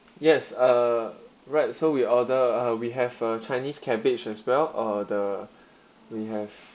yes uh right so we order uh we have a chinese cabbage as well or the we have